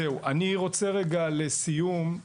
לסיום,